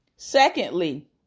Secondly